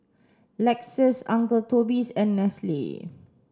Lexus Uncle Toby's and Nestle